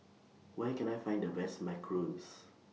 Where Can I Find The Best Macarons